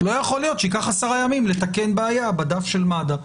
לא יכול להיות שייקח עשרה ימים לתקן בעיה בדף של מד"א.